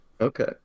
Okay